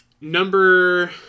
Number